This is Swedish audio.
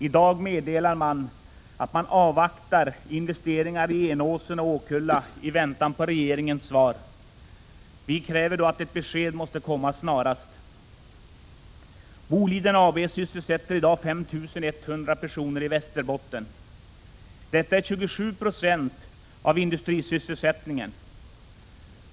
I dag meddelas att man avvaktar med investeringarna i Enåsen och Åkulla i väntan på regeringens svar. Vi kräver att ett besked skall komma snarast. Boliden AB sysselsätter i dag 5 100 personer i Västerbotten. Detta är 27 9o avindustrisysselsättningen.